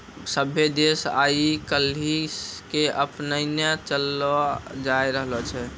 सभ्भे देश आइ काल्हि के अपनैने चललो जाय रहलो छै